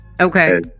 okay